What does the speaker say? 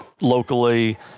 locally